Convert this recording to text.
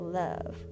love